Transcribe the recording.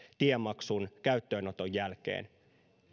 tiemaksun käyttöönoton jälkeen